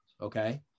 okay